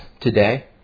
today